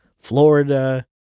Florida